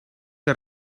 que